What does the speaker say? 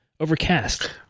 Overcast